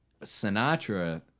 Sinatra